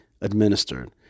administered